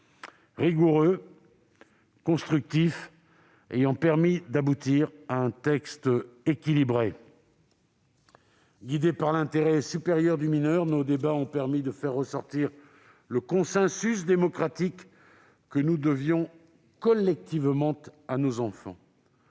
rigoureux et constructif, ayant permis d'aboutir à un texte équilibré. Guidés par l'intérêt supérieur du mineur, nos débats ont permis de faire ressortir le consensus démocratique que nous devions collectivement à nos enfants.